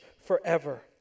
forever